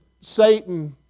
Satan